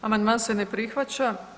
Amandman se ne prihvaća.